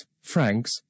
francs